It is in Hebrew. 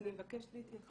אני מבקשת להתייחס.